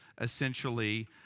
essentially